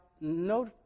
no